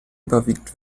überwiegend